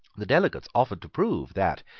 the delegates offered to prove that,